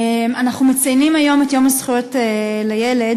אנחנו מציינים היום את יום זכויות הילד,